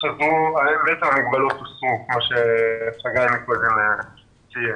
חזרו כאשר המגבלות הוסרו.